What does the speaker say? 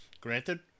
Granted